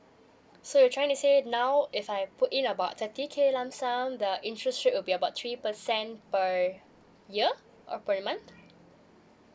so you trying to say now if I put in about thirty k lump sum the interest rate will be about three percent per year or per month